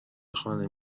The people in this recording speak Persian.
خانه